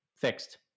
fixed